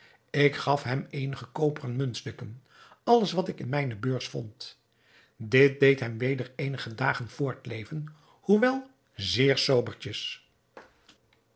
ik gaf hem eenige koperen muntstukken alles wat ik in mijne beurs vond dit deed hem weder eenige dagen voortleven hoewel zeer sobertjes